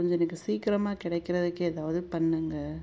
கொஞ்சம் எனக்கு சீக்கிரமாக கிடைக்கறதுக்கு ஏதாவது பண்ணுங்கள்